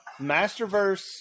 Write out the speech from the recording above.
Masterverse